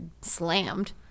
slammed